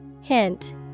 Hint